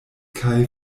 kaj